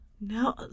No